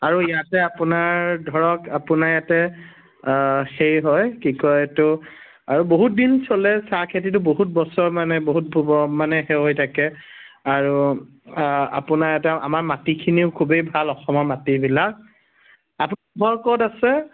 আৰু ইয়াতে আপোনাৰ ধৰক আপোনাৰ ইয়াতে সেই হয় কি কয় এইটো আৰু বহুত দিন চলে চাহখেতিটো বহুত বছৰ মানে বহুত মানে সেই হৈ থাকে আৰু আপোনাৰ আমাৰ মাটিখিনিও খুবেই ভাল অসমৰ মাটিবিলাক আপোনাৰ ক'ত আছে